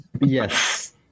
Yes